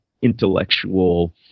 Intellectual